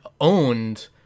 owned